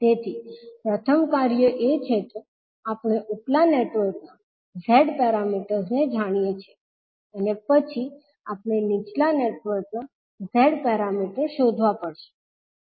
તેથી પ્રથમ કાર્ય એ છે કે આપણે ઉપલા નેટવર્કના Z પેરામીટર્સને જાણીએ છીએ પછી આપણે નીચલા નેટવર્કના Z પેરામીટર્સ શોધવા પડશે